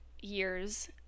years